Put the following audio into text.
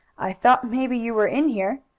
i thought maybe you were in here.